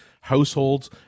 households